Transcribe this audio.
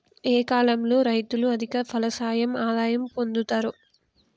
ఏ కాలం లో రైతులు అధిక ఫలసాయం ఆదాయం పొందుతరు?